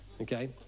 okay